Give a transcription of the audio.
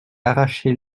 arracher